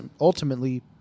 ultimately